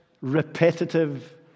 repetitive